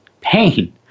pain